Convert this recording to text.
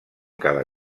cada